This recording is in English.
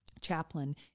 chaplain